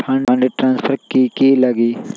Fund transfer कि की लगी?